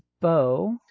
bow